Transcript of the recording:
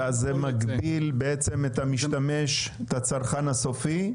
ואז זה מגביל בעצם, את המשתמש, את הצרכן הסופי?